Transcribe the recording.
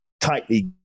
tightly